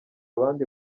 abandi